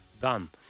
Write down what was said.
done